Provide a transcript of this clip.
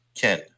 Ken